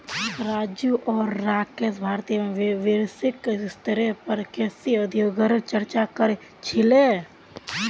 राजू आर राकेश भारतीय एवं वैश्विक स्तरेर पर कृषि उद्योगगेर चर्चा क र छीले